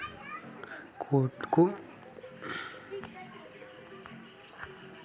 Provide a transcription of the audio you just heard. कोठा म म रात दिन के बंधाए ले गाय गरुवा मन के गोड़ हात ह चूगूर जाय रहिथे